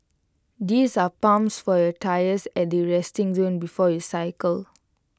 these are pumps for your tyres at the resting zone before you cycle